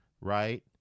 Right